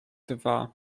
dwa